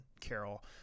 Carol